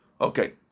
Okay